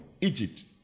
Egypt